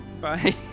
bye